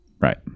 Right